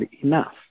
enough